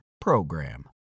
PROGRAM